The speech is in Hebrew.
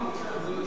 אמרנו את זה.